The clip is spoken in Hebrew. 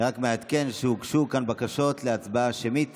אני רק מעדכן שהוגשו כאן בקשות להצבעה שמית